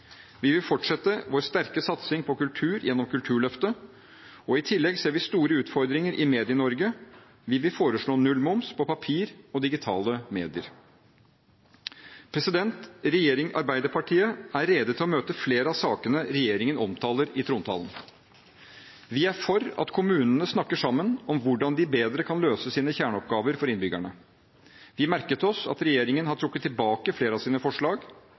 Vi vil fortsette vår sterke satsing på kultur gjennom Kulturløftet. I tillegg ser vi store utfordringer i Medie-Norge, og vi vil foreslå nullmoms på papir og digitale medier. Arbeiderpartiet er rede til å møte flere av sakene regjeringen omtaler i trontalen. Vi er for at kommunene snakker sammen om hvordan de bedre kan løse sine kjerneoppgaver for innbyggerne. Vi merker oss at regjeringen har trukket tilbake flere av sine forslag.